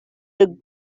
look